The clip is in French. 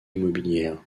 immobilières